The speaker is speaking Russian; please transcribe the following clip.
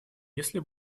если